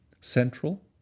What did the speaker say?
Central